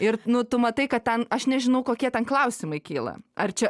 ir nu tu matai kad ten aš nežinau kokie ten klausimai kyla ar čia